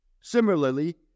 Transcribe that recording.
Similarly